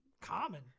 common